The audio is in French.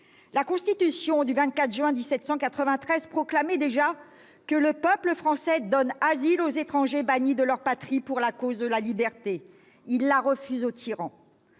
La Constitution du 24 juin 1793 proclamait déjà que le peuple français « donne asile aux étrangers bannis de leur patrie pour la cause de la liberté. -Il le refuse aux tyrans.